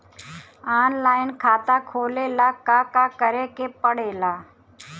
Online खाता खोले ला का का करे के पड़े ला?